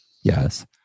Yes